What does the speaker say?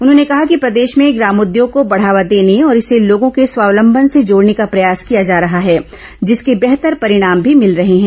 उन्होंने कहा कि प्रदेश में ग्रामोद्योग को बढावा देने और इसे लोगों के स्वावलंबन से जोडने का प्रयास किया जा रहा है जिसके बेहतर परिणाम भी मिल रहे हैं